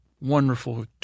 Wonderful